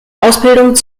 ausbildung